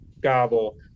gobble